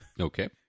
Okay